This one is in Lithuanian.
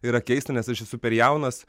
yra keista nes aš esu per jaunas